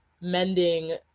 mending